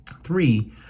Three